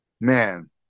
man